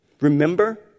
Remember